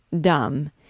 dumb